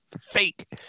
fake